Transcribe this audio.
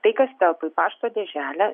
tai kas telpa į pašto dėželę